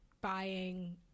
buying